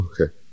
Okay